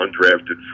undrafted